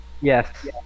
Yes